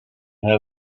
her